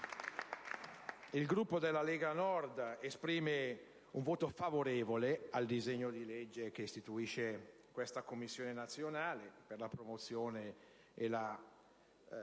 Il Gruppo della Lega Nord esprimerà un voto favorevole al disegno di legge che istituisce questa Commissione nazionale per la promozione e la